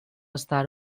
estar